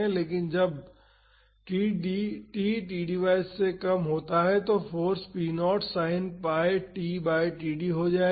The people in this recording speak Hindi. इसलिए जब t td से कम होता है तो force p0 sin pi t by td हो जाएगा